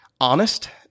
honest